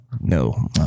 No